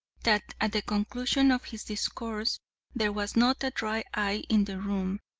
that at the conclusion of his discourse there was not a dry eye in the room,